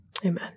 amen